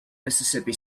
mississippi